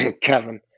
Kevin